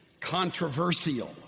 controversial